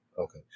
Okay